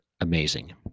amazing